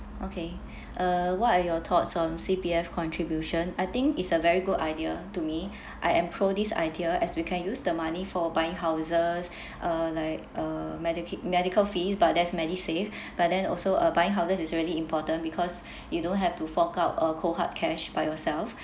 okay uh what are your thoughts on C_P_F contribution I think it's a very good idea to me I am pro this idea as we can use the money for buying houses uh like uh medi~ medical fees but there's MediSave but then also uh buying houses is really important because you don't have to fork out uh cold hard cash by yourself